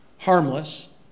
harmless